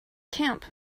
camp